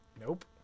Nope